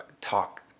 talk